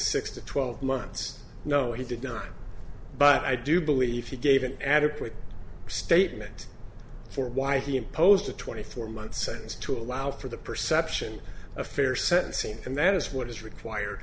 six to twelve months no he did not but i do believe he gave an adequate statement for why he imposed a twenty four month sentence to allow for the perception of fair sentencing and that is what is required